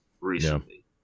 recently